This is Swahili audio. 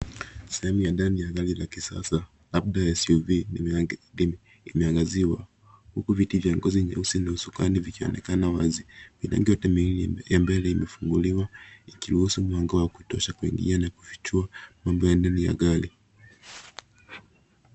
Sehemu ya gari la kisasa labda ya SUV limeangaziwa uku viti vya ngozi nyeusi na usukani vikionekana wazi milango yote mbili ya mbele imefunguliwa ikiruhusu mwanga wa kutosha kuingia na kufichua mambo ya ndani ya gari